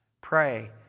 Pray